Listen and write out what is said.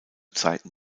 zeiten